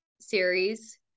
series